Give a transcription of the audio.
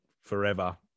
forever